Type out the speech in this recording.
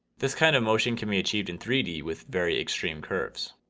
this kind of motion can be achieved in three d with very extreme curves.